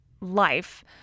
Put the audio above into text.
life